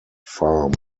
farm